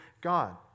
God